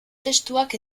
testuak